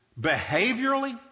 behaviorally